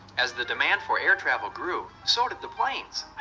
as the demand for air travel grew, so did the planes.